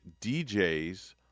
djs